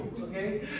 okay